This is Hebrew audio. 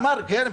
אמר: כן,